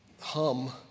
hum